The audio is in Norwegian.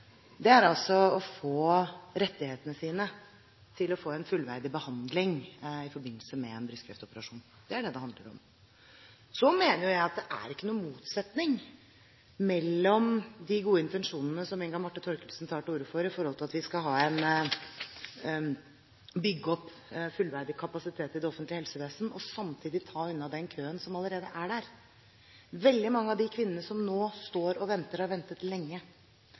for, er altså rettighetene sine: å få en fullverdig behandling i forbindelse med en brystkreftoperasjon. Det er det det handler om. Så mener jeg at det ikke er noen motsetning mellom de gode intensjonene som Inga Marte Thorkildsen tar til orde for, i forhold til at vi skal bygge opp fullverdig kapasitet i det offentlige helsevesenet og samtidig ta unna den køen som allerede er der. Veldig mange av de kvinnene som nå står og venter, har ventet lenge.